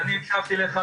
אני הקשבתי לך,